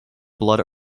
blood